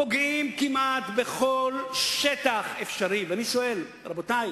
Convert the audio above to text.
פוגעים כמעט בכל שטח אפשרי, ואני שואל, רבותי,